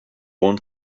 own